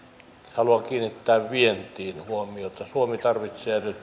haluan kiinnittää vientiin huomiota suomi tarvitsee nyt